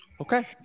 Okay